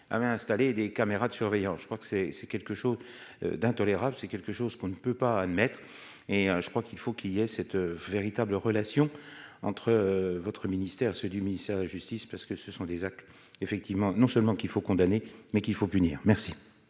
avait installé des caméras de surveillance, je crois que c'est, c'est quelque chose d'intolérable, c'est quelque chose qu'on ne peut pas admettre et je crois qu'il faut qu'il y ait cette véritable relation entre votre ministère, ceux du ministère de la justice, parce que ce sont des actes effectivement non seulement qu'il faut condamner, mais qu'il faut punir, merci.